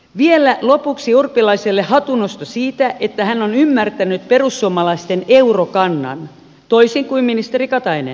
vielä lopuksi urpilaiselle hatunnosto siitä että hän on ymmärtänyt perussuomalaisten eurokannan toisin kuin ministeri katainen